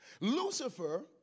Lucifer